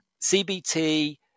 CBT